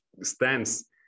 stance